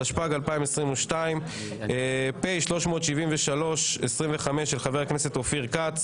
התשפ"ג 2022 (פ/373/25 של חה"כ אופיר כץ),